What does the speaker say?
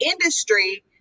industry